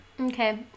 okay